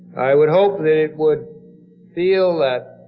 i would hope that it would feel that